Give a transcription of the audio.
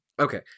Okay